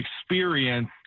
experience